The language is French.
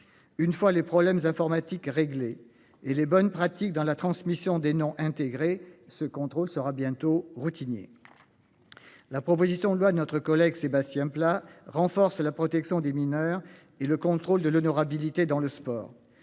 Une fois les problèmes informatiques réglé et les bonnes pratiques dans la transmission des noms intégré ce contrôle sera bientôt routinier. La proposition de loi de notre collègue Sébastien Pla renforce la protection des mineurs et le contrôle de l'honorabilité dans le sport.